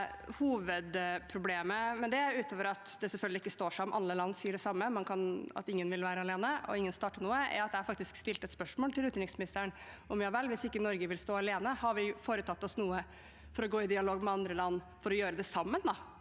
Hovedproblemet med det, utover at det selvfølgelig ikke står seg om alle land sier det samme – at ingen vil være alene og ingen starte noe – er at jeg faktisk stilte et spørsmål til utenriksministeren: Hvis ikke Norge vil stå alene, har vi da foretatt oss noe for å gå i dialog med andre land for å gjøre det sammen?